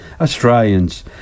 Australians